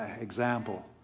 example